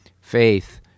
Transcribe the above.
faith